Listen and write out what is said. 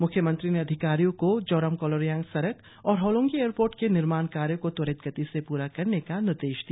म्ख्यमंत्री ने अधिकारियों को जोरम कोलोरियांग सड़क और होलोंगी एयरपोर्ट के निर्माण कार्य को त्वरित गति से पूरा करने का निर्देश दिया